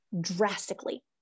drastically